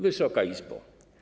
Wysoka Izbo!